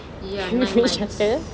ya nine months